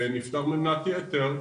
שנפטר ממנת יתר,